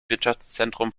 wirtschaftszentrum